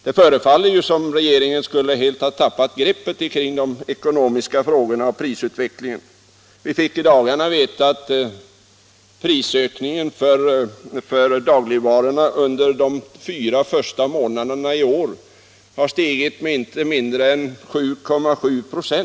Det förefaller ju som om regeringen Torsdagen den helt skulle ha tappat greppet över de ekonomiska frågorna och prisut 12 maj 1977 vecklingen. Vi fick i dagarna veta att prisökningen för dagligvarorna Lu för de fyra första månaderna i år har varit inte mindre än 7,7 96.